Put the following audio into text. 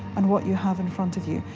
and what you have in front of you.